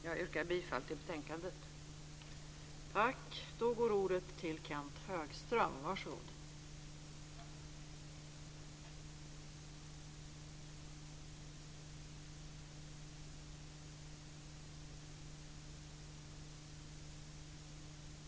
Jag yrkar bifall till förslagen i betänkandet.